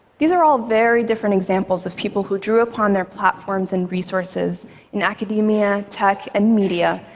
these are all very different examples of people who drew upon their platforms and resources in academia, tech and media,